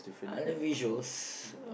other visuals